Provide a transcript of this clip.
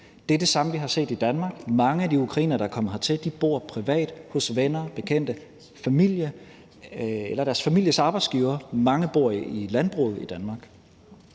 det er det samme, vi har set i Danmark. Mange af de ukrainere, der er kommet hertil, bor privat hos venner, bekendte, familie eller deres families arbejdsgiver. Mange bor i landbruget i Danmark.